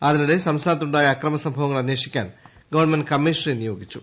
അതിനിടെ സംസ്ഥാനത്തിനുണ്ടായ അക്രമ സംഭവങ്ങൾ അന്വേഷിക്കാൻ ഗവൺമെന്റ് കമ്മീഷണറെ നിയോഗിച്ചു